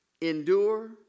Endure